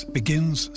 begins